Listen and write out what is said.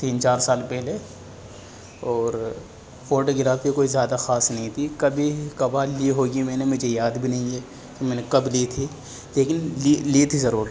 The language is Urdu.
تین چار سال پہلے اور فوٹوگرافی کوئی زیادہ خاص نہیں تھی کبھی کبھار لی ہوگی میں نے مجھے یاد بھی نہیں ہے کہ میں نے کب لی تھی لیکن لی لی تھی ضرور